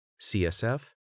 CSF